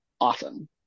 awesome